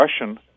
russian